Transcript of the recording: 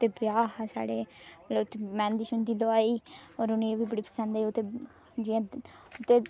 ते ब्याह हा साढ़े मैंह्दी शैंहंदी लुआई ते और उनेंगी एह् बी बड़ी पसंद आई ते जि'यां